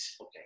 okay